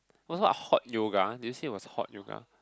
what's it about hot yoga did you say it was hot yoga